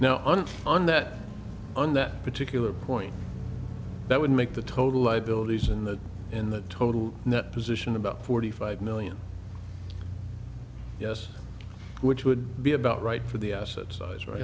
now on that on that particular point that would make the total liabilities in the in the total net position about forty five a million yes which would be about right for the asset size